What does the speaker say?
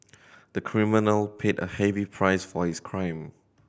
the criminal paid a heavy price for his crime